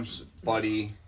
buddy